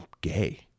gay